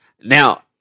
Now